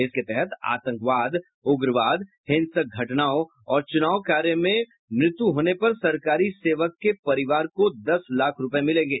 इसके तहत आतंकवाद उग्रवाद हिंसक घटनाओं और चुनाव कार्य में मृत्यू होने पर सरकारी सेवक के परिवार को दस लाख रूपये मिलेंगे